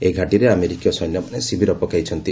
ଏହି ଘାଟୀରେ ଆମେରିକୀୟ ସୈନ୍ୟମାନେ ଶିବିର ପକାଇଛନ୍ତି